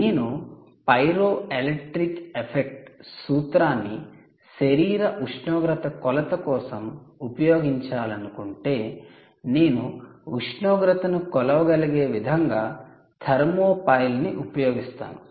నేను pyroelectric effect సూత్రాన్ని శరీర ఉష్ణోగ్రత కొలత కోసం ఉపయోగించాలనుకుంటే నేను ఉష్ణోగ్రతను కొలవగలిగే విధంగా 'థర్మోపైల్' 'thermopile' ని ఉపయోగిస్తాను